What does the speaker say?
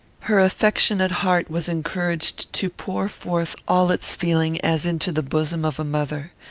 her affectionate heart was encouraged to pour forth all its feeling as into the bosom of a mother.